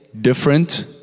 different